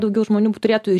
daugiau žmonių turėtų